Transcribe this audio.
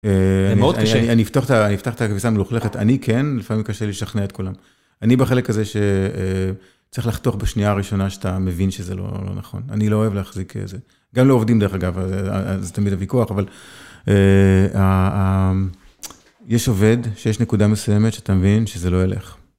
אני אפתח את הכביסה המלוכלכת, אני כן, לפעמים קשה לי לשכנע את כולם. אני בחלק הזה שצריך לחתוך בשנייה הראשונה שאתה מבין שזה לא נכון. אני לא אוהב להחזיק את זה. גם לא עובדים דרך אגב, זה תמיד הוויכוח, אבל... יש עובד שיש נקודה מסוימת שאתה מבין שזה לא ילך.